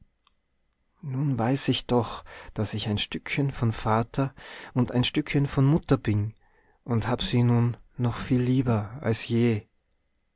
nun weiß ich doch daß ich ein stückchen von vater und ein stückchen von mutter bin und hab sie nun noch viel lieber als je